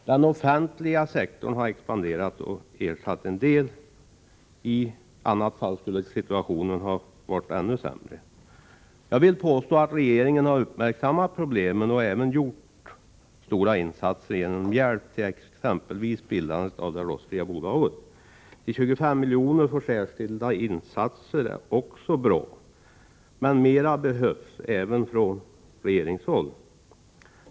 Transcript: Den offentliga sektorn har expanderat och ersatt en del förlorade arbetstillfällen. I annat fall skulle situationen ha varit ännu sämre. Jag vill påstå att regeringen har uppmärksammat problemen och även gjort stora insatser genom hjälp till exempelvis bildandet av bolaget inom sektorn rostfritt stål. De 25 miljonerna till särskilda insatser är också bra, men mer behöver göras även från regeringshåll.